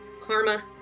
Karma